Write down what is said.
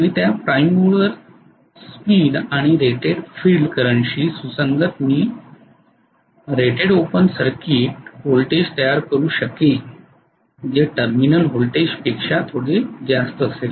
आणि त्या prime mover speed आणि रेटेड फिल्ड करंटशी सुसंगत मी रेटेड ओपन सर्किट व्होल्टेज तयार करू शकेन जे टर्मिनल व्होल्टेज पेक्षा थोडे जास्त असेल